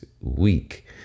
week